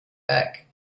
back